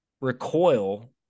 recoil